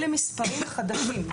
אלה מספרים חדשים.